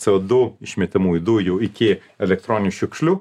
co du išmetamųjų dujų iki elektroninių šiukšlių